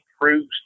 proves